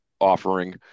offering